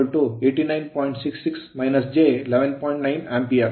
9 Ampere ampere